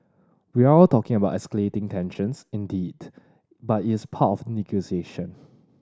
we're all talking about escalating tensions indeed but it's part of negotiation